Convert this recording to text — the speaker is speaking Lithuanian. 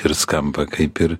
ir skamba kaip ir